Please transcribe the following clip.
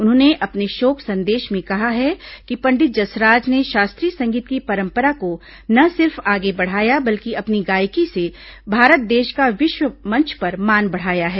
उन्होंने अपने शोक संदेश में कहा है कि पंडित जसराज ने शास्त्रीय संगीत की परंपरा को न सिर्फ आगे बढ़ाया बल्कि अपनी गायिकी से भारत देश का विश्व मंच पर मान बढ़ाया है